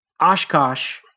Oshkosh –